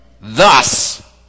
thus